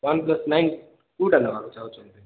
one plus nine କେଉଁଟା ନେବାକୁ ଚାହୁଁଛନ୍ତି